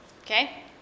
Okay